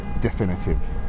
definitive